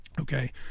Okay